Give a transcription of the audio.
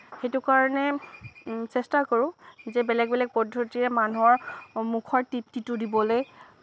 সেইটো কাৰণে চেষ্টা কৰোঁ যে বেলেগ বেলেগ পদ্ধতিৰে মানুহৰ মুখৰ তৃপ্তিটো দিবলৈ